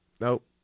Nope